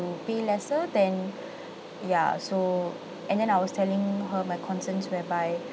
pay lesser then ya so and then I was telling her my concerns whereby